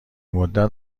مدت